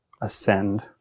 ascend